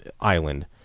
island